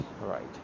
right